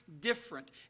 different